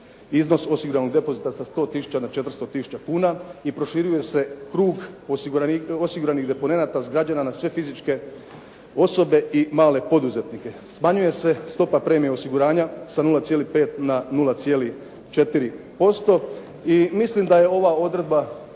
iznos osiguranog depozita sa 100000 na 400000 kuna i proširuje se krug osiguranih deponenata s građana na sve fizičke osobe i male poduzetnike, smanjuje se stopa premije osiguranja sa 0,5 na 0,4% i mislim da je ova odredba